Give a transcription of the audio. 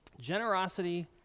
generosity